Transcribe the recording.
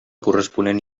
corresponent